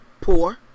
poor